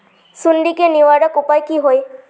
सुंडी के निवारक उपाय का होए?